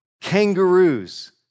kangaroos